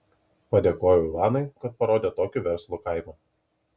padėkojau ivanui kad parodė tokį verslų kaimą